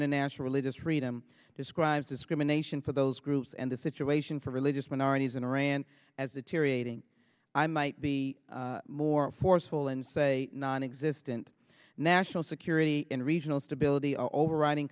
international religious freedom describes discrimination for those groups and the situation for religious minorities in iran as a teary ating i might be more forceful and say nonexistent national security in regional stability overriding